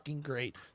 great